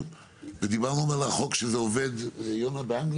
ודיברנו על החוק שזה עובד באנגליה.